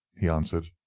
he answered.